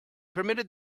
permitted